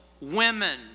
women